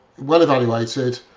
well-evaluated